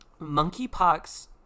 Monkeypox